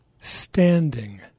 standing